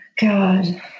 God